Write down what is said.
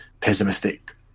pessimistic